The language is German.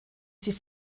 sie